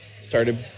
started